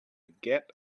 get